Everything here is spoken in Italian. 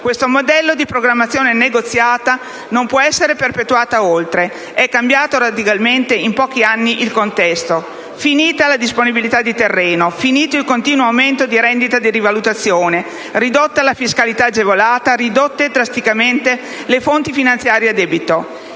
Questo modello di programmazione negoziata non può essere perpetuato oltre. È cambiato radicalmente, in pochi anni, il contesto: finita la disponibilità di terreno*,* finito il continuo aumento di rendita di rivalutazione, ridotta la fiscalità agevolata, ridotte drasticamente le fonti finanziarie a debito.